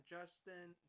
Justin